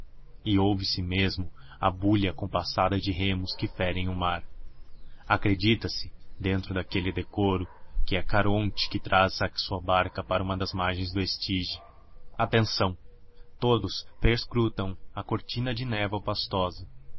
e ouve-se mesmo a bulha compassada de remos que ferem o mar acreditase dentro daquele decoro que é caronte que traz a sua barca para uma das margens do estige atenção todos perscrutam a cortina de névoa pastosa